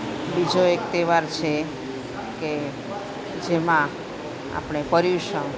બીજો એક તહેવાર છે કે જેમાં આપણે પર્યુષણ